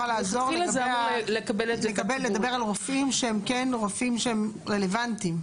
לעזור לגבי רופאים שהם כן רופאים שהם רלוונטיים?